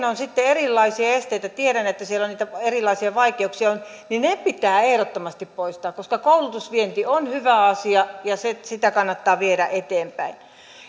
on sitten erilaisia esteitä tiedän että siellä on niitä erilaisia vaikeuksia niin ne pitää ehdottomasti poistaa koska koulutusvienti on hyvä asia ja sitä kannattaa viedä eteenpäin